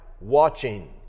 watching